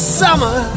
summer